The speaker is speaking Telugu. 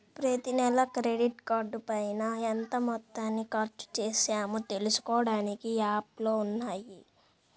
ప్రతినెలా క్రెడిట్ కార్డుపైన ఎంత మొత్తాన్ని ఖర్చుచేశామో తెలుసుకోడానికి యాప్లు ఉన్నయ్యి